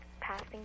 passing